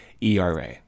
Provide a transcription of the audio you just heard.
ERA